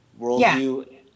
worldview